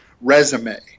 resume